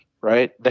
right